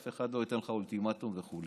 אף אחד לא ייתן לך אולטימטום וכו'.